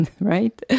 right